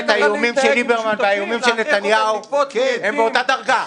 האיומים של ליברמן והאיומים של נתניהו הם באותה דרגה.